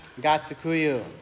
Gatsukuyu